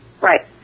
Right